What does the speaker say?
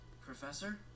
Professor